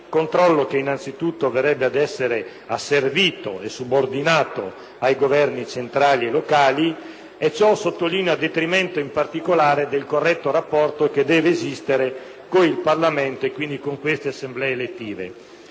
controllo che innanzitutto verrebbe ad essere asservito e subordinato ai governi centrali e locali e ciò, sottolineo, a detrimento in particolare del corretto rapporto che deve esistere con il Parlamento e quindi con queste Assemblee elettive.